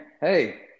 hey